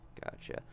Gotcha